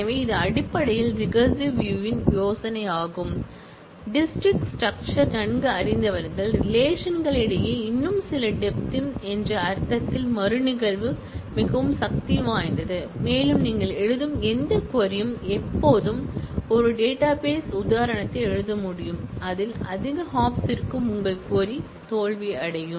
எனவே இது அடிப்படையில் ரிகரசிவ் வியூ ன் யோசனையாகும் டிஸ்க்ரிட் ஸ்ட்ரக்ச்சர் நன்கு அறிந்தவர்கள் ரிலேஷன்களிடையே இன்னும் சில டெப்த்திம் என்ற அர்த்தத்தில் மறுநிகழ்வு மிகவும் சக்தி வாய்ந்தது மேலும் நீங்கள் எழுதும் எந்த க்வரி ம் எப்போதும் ஒரு டேட்டாபேஸ் உதாரணத்தை எழுத முடியும் அதில் அதிக ஹாப்ஸ் இருக்கும் உங்கள் க்வரி தோல்வியடையும்